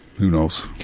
who knows.